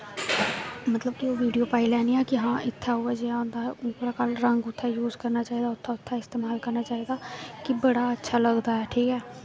मतलब कि ओह् वीडियो पाई लैनियां कि हां इत्थै एह् जेहा होंदा रंग उत्थै यूज करना चाहिदा उत्थै इस्तेमाल करना चाहिदा कि बड़ा अच्छा लगदा ऐ ठीक ऐ